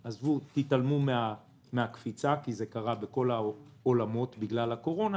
תתעלמו מהקפיצה כי זה קרה בכל העולמות בגלל הקורונה